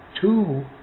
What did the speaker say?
two